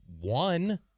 one